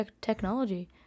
technology